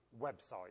website